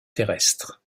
terrestre